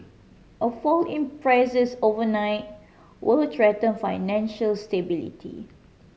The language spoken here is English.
a fall in prices overnight will threaten financial stability